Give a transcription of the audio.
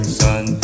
sun